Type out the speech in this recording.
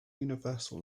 universal